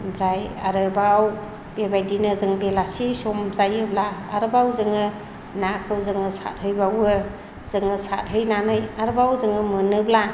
ओमफ्राय आरोबाव बेबायदिनो जों बेलासि सम जायोब्ला आरोबाव जोङो नाखौ जोङो सारहैबावो जोङो सारहैनानै आरबाव जोङो मोनोब्ला